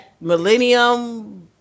millennium